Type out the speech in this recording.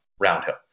Roundhill